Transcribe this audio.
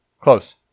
close